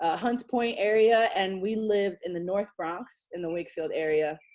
ah hunts point area, and we lived in the north bronx in the wakefield area.